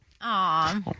Aw